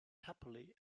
happily